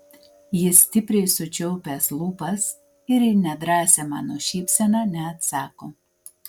jis stipriai sučiaupęs lūpas ir į nedrąsią mano šypseną neatsako